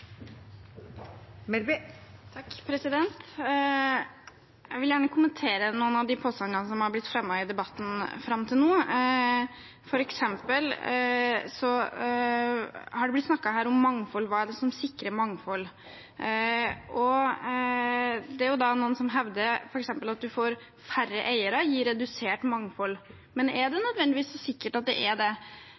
blitt fremmet i debatten fram til nå. For eksempel er det blitt snakket om mangfold – hva det er som sikrer mangfold. Noen hevder at færre eiere gir redusert mangfold, men er det nødvendigvis så sikkert at det er sånn? Nok en gang setter man likhetstegn mellom innhold og eierskap. Hvis man er redd for redusert mangfold, vil man oppnå akkurat det